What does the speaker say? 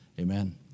Amen